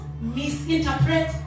misinterpret